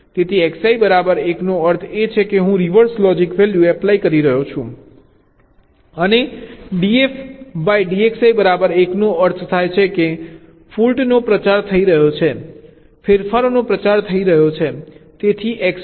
તેથી Xi બરાબર 1 નો અર્થ છે કે હું રિવર્સ લોજિક વેલ્યુ એપ્લાય કરી રહ્યો છું અને dfdXi બરાબર 1 નો અર્થ થાય છે કે ફોલ્ટનો પ્રચાર થઈ રહ્યો છે ફેરફારોનો પ્રચાર થઈ રહ્યો છે